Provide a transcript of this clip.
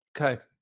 Okay